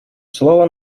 слово